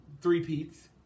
three-peats